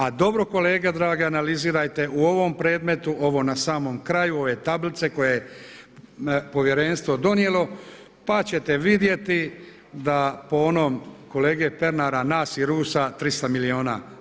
A dobro kolege drage analizirajte u ovom predmetu, ovo na samom kraju ove tablice koju je Povjerenstvo donijelo pa ćete vidjeti da po onom kolege Pernara, nas i Rusa 300 milijuna.